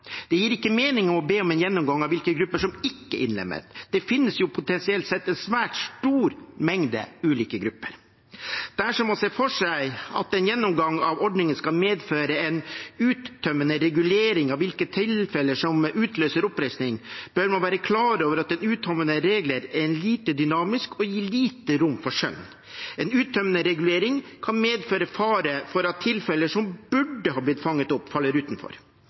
Det gir ikke mening å be om en gjennomgang av hvilke grupper som ikke er innlemmet. Det finnes potensielt sett en svært stor mengde ulike grupper. Dersom man ser for seg at en gjennomgang av ordningen skal medføre en uttømmende regulering av hvilke tilfeller som utløser oppreisning, bør man være klar over at uttømmende regler er lite dynamisk og gir lite rom for skjønn. En uttømmende regulering kan medføre en fare for at tilfeller som burde ha blitt fanget opp, faller utenfor.